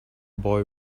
boy